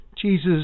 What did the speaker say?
Jesus